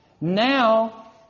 Now